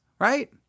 right